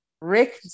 Rick